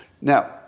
Now